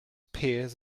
pears